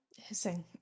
Hissing